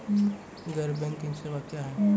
गैर बैंकिंग सेवा क्या हैं?